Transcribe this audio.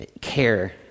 care